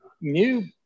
new